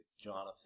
Jonathan